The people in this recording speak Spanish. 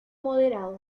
moderado